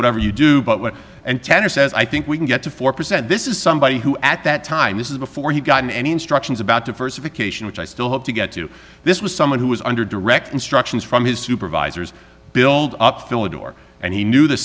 whatever you do but what and tender says i think we can get to four percent this is somebody who at that time this is before he gotten any instructions about diversification which i still hope to get to this was someone who was under direct instructions from his supervisors build up fill a door and he knew the